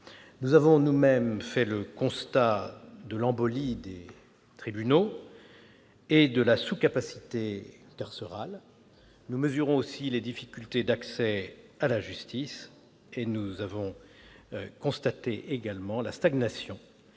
Nous avons fait le constat de l'embolie des tribunaux et de la sous-capacité carcérale. Nous mesurons aussi les difficultés d'accès à la justice. Nous avons constaté, en outre, la stagnation